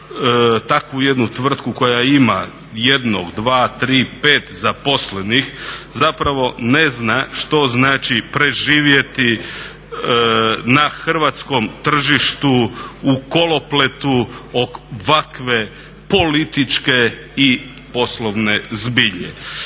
takvu jednu tvrtku koja ima 1,2,3,5 zaposlenih zapravo ne zna što znači preživjeti na hrvatskom tržištu u kolopletu ovakve političke i poslovne zbilje.